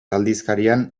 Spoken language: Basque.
aldizkarian